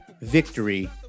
victory